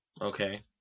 Okay